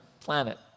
planet